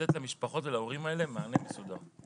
לתת למשפחות ולהורים האלה מענה מסודר.